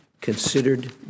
considered